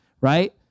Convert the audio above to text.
right